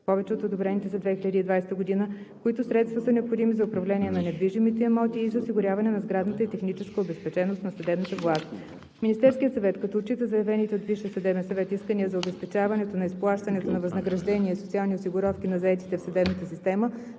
повече от одобрените за 2020 г., които средства са необходими за управление на недвижимите имоти и за осигуряване на сградната и техническата обезпеченост на съдебната власт. Министерският съвет, като отчита заявените от Висшия съдебен съвет искания за обезпечаване на изплащането на възнаграждения и социални осигуровки на заетите в съдебната система,